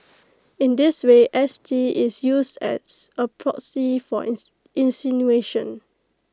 in this way S T is used as A proxy for insinuation